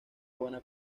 buena